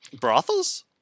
Brothels